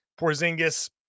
Porzingis